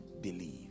believe